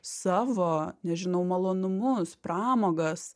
savo nežinau malonumus pramogas